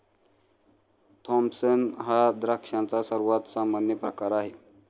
Thompson हा द्राक्षांचा सर्वात सामान्य प्रकार आहे